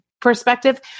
perspective